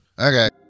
Okay